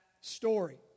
Story